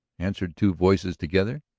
answered two voices together.